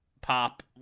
pop